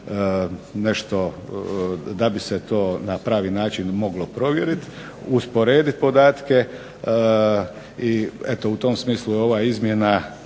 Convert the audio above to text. nešto da bi se to na pravi način moglo provjeriti, usporedit podatke i eto u tom smislu ova izmjena